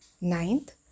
Ninth